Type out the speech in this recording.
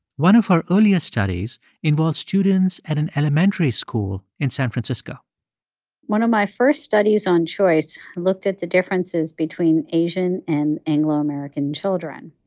one of her earlier studies involves students at an elementary school in san francisco one of my first studies on choice looked at the differences between asian and anglo-american children.